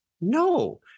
No